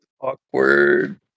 Awkward